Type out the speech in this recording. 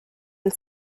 and